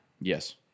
Yes